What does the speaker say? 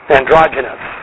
Androgynous